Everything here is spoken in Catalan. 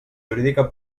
jurídica